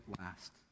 last